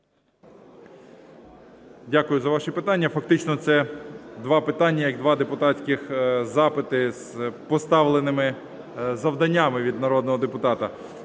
Дякую за ваші питання. Фактично це два питання як два депутатських запити з поставленими завданнями від народного депутата.